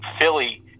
Philly